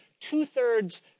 two-thirds